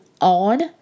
On